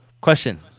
question